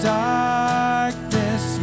darkness